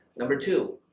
number two,